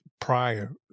prior